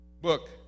book